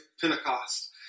Pentecost